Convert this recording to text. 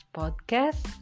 podcast